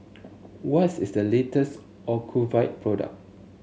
what's is the latest Ocuvite product